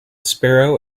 sparrow